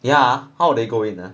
yeah how they go in ah